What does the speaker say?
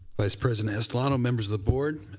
vice president estolano, members of the board,